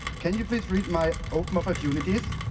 can you please read my oh, come opportunities,